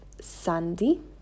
Sandy